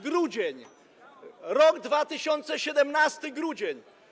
grudzień, rok 2017, grudzień.